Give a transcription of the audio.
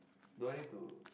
do I need to